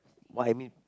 what I mean